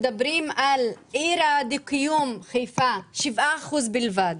אז למשל בעיר הדו-קיום חיפה אנחנו רואים 7% בלבד.